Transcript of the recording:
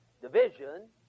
division